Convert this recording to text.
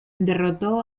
derrotó